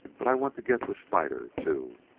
but i want to get the spider, too.